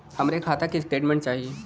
हमरे खाता के स्टेटमेंट चाही?